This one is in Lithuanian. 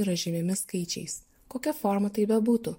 yra žymimi skaičiais kokia forma tai bebūtų